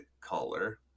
color